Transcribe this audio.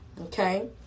Okay